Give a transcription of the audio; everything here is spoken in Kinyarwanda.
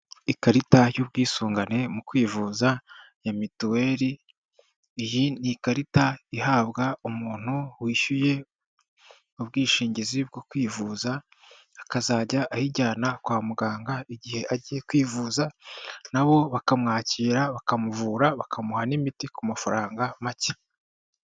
Ikarita y'ubwisungane mu kwivuza ya mituweli iyi ni ikarita ihabwa umuntu wishyuye ubwishingizi bwo kwivuza akazajya ayijyana kwa muganga igihe agiye kwivuza nabo bakamwakira bakamuvura bakamuha n'imiti ku mafaranga make.